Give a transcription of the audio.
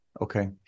Okay